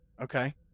Okay